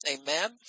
Amen